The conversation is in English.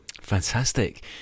Fantastic